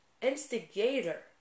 instigator